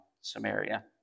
Samaria